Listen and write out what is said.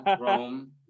Rome